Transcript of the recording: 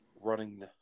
running